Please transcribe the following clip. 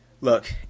look